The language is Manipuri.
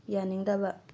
ꯌꯥꯅꯤꯡꯗꯕ